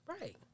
Right